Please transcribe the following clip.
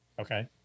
Okay